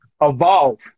evolve